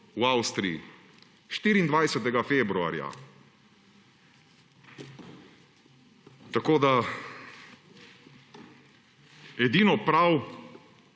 v Avstriji. 24. februarja! Tako da … Edino prav,